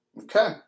Okay